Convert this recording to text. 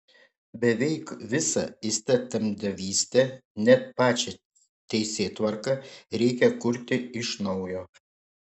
beveik visą įstatymdavystę net pačią teisėtvarką reikia kurti iš naujo